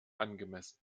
angemessen